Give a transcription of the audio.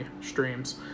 streams